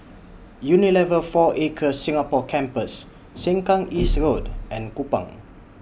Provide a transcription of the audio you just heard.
Unilever four Acres Singapore Campus Sengkang East Road and Kupang